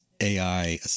AI